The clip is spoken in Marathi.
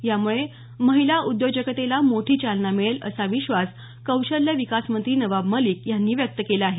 यामुळे महिला उद्योजकतेला मोठी चालना मिळेल असा विश्वास कौशल्य विकास मंत्री नवाब मलिक यांनी व्यक्त केला आहे